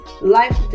Life